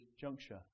juncture